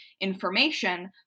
information